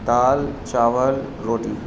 دال چاول روٹی